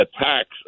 attacks